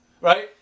Right